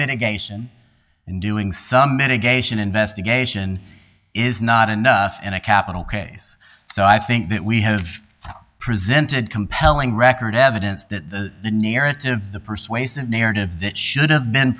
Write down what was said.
geisha and doing some mitigation investigation is not enough in a capital case so i think that we have presented compelling record evidence that the narrative the persuasive narrative that should've been